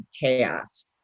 chaos